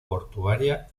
portuaria